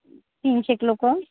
तीनशेक लोकं